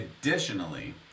additionally